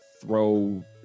throw